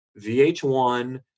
VH1